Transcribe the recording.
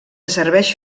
serveix